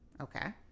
Okay